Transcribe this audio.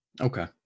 Okay